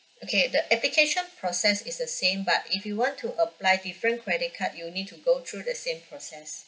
okay the application process is the same but if you want to apply different credit card you'll need to go through the same process